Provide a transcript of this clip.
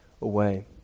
away